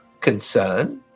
concern